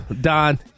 don